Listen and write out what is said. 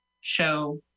Show